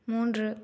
மூன்று